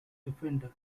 defender